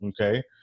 Okay